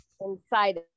inside